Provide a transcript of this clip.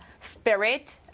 spirit